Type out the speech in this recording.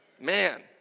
Man